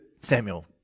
Samuel